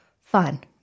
fun